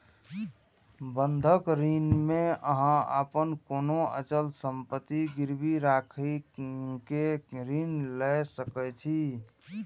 बंधक ऋण मे अहां अपन कोनो अचल संपत्ति गिरवी राखि कें ऋण लए सकै छी